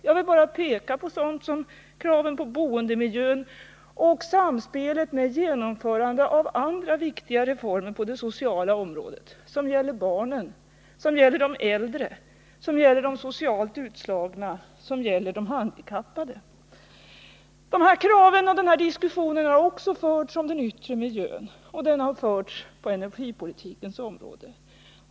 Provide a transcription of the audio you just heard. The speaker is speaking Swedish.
Jag vill bara peka på sådana saker som kraven på boendemiljön och samspelet med genomförandet av andra viktiga reformer på det sociala området, som gäller barnen, som gäller de äldre, som gäller de socialt utslagna, som gäller de handikappade. De här kraven och den här diskussionen har också förts om den yttre miljön, liksom den även har förts på energipolitikens område.